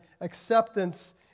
acceptance